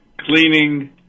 cleaning